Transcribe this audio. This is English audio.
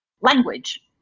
language